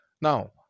Now